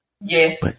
yes